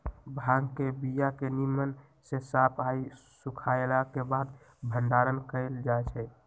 भांग के बीया के निम्मन से साफ आऽ सुखएला के बाद भंडारण कएल जाइ छइ